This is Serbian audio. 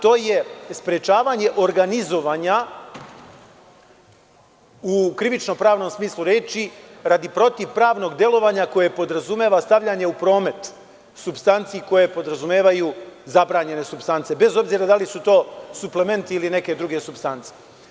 To je sprečavanje organizovanja u krivično-pravnom smislu reči, radi protivpravnog delovanja koje podrazumeva stavljanje u promet supstanci koje podrazumevaju zabranjene supstance, bez obzira da li su to suplementi ili neke druge supstance.